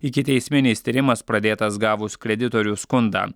ikiteisminis tyrimas pradėtas gavus kreditorių skundą